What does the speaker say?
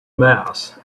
mass